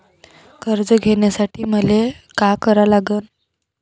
कर्ज घ्यासाठी मले का करा लागन?